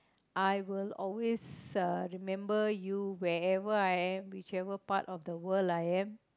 I will always uh remember you wherever I am whichever part of the world I am